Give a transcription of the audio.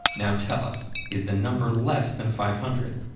now tell us, is the number less than five hundred?